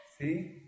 See